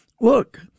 Look